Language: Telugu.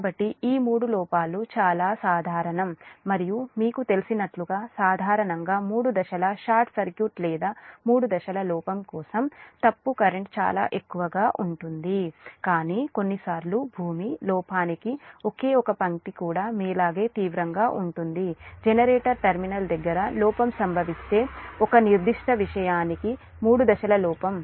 కాబట్టి ఈ 3 లోపాలు చాలా సాధారణం మరియు మీకు తెలిసినట్లుగా సాధారణంగా మూడు దశల షార్ట్ సర్క్యూట్ లేదా మూడు దశల లోపం కోసం ఫాల్ట్ కరెంట్ చాలా ఎక్కువగా ఉంటుంది కానీ కొన్నిసార్లు గ్రౌండ్ లోపానికి ఒకే ఒక పంక్తి కూడా మీలాగే తీవ్రంగా ఉంటుంది జెనరేటర్ టెర్మినల్ దగ్గర లోపం సంభవిస్తే ఒక నిర్దిష్ట విషయానికి మూడు దశల లోపం